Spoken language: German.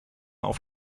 auf